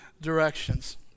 directions